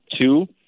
two